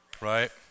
Right